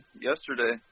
yesterday